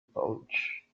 pouch